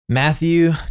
Matthew